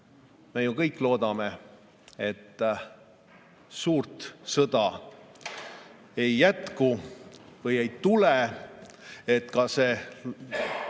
Me ju kõik loodame, et suur sõda ei jätku või seda ei tule ja ka see